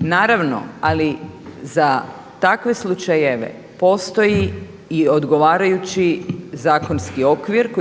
Naravno, ali za takve slučajeve postoji i odgovarajući zakonski okvir